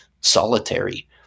solitary